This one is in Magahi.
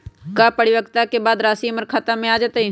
का परिपक्वता के बाद राशि हमर खाता में आ जतई?